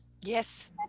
Yes